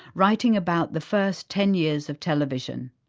writing about the first ten years of television.